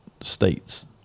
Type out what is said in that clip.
states